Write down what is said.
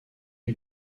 est